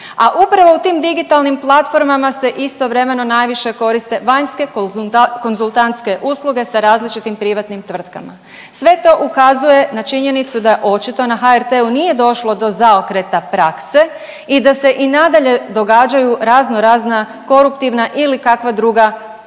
a upravo u tim digitalnim platformama se istovremeno najviše koriste vanjske konzultantske usluge sa različitim privatnim tvrtkama. Sve to ukazuje na činjenicu da očito na HRT-u nije došlo do zaokreta prakse i da se i nadalje događaju razno razna koruptivna ili kakva druga